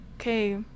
Okay